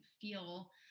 feel